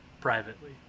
privately